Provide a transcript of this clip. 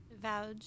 Vouch